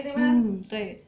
mm 对